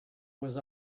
was